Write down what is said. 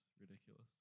ridiculous